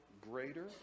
greater